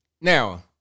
Now